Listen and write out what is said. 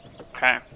Okay